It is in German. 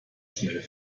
schnell